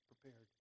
prepared